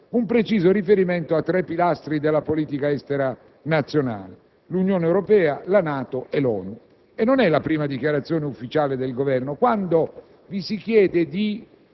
su un fatto così rilevante, sul quale certamente tutte le forze politiche del Parlamento non possono che esprimere soddisfazione, vi è un'enfasi da parte del Governo